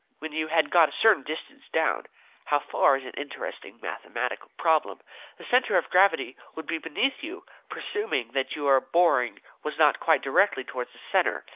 when you had got a certain distance down how far is an interesting mathematical problem the centre of gravity would be beneath you, presuming that your boring was not quite directed towards the centre,